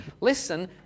Listen